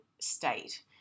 state